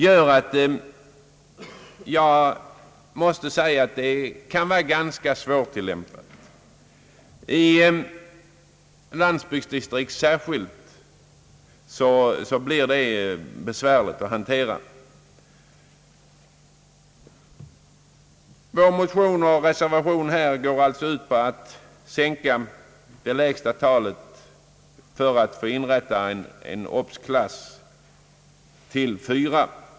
gör att systemet kan vara ganska svårt att tilllämpa, särskilt i ett landsbygdsdistrikt. Vår motion och vår reservation går alltså ut på en sänkning av det lägsta antalet elever för att få inrätta en observationsklass till fyra.